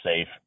safe